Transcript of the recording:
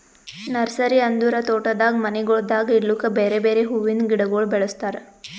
nursery ಅಂದುರ್ ತೋಟದಾಗ್ ಮನಿಗೊಳ್ದಾಗ್ ಇಡ್ಲುಕ್ ಬೇರೆ ಬೇರೆ ಹುವಿಂದ್ ಗಿಡಗೊಳ್ ಬೆಳುಸ್ತಾರ್